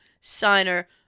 signer